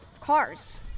cars